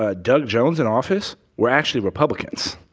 ah doug jones in office were actually republicans.